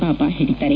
ಬಾಬಾ ಹೇಳಿದ್ದಾರೆ